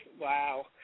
Wow